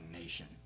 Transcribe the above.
nation